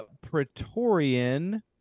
Praetorian